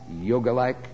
yoga-like